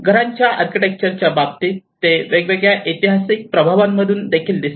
घरांच्या आर्किटेक्चरच्या बाबतीत बाबतीत ते वेगवेगळ्या ऐतिहासिक प्रभावांमधून देखील दिसते